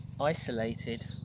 isolated